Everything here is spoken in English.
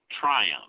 triumph